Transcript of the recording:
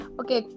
okay